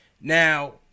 Now